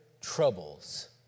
troubles